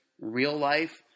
real-life